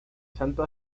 santo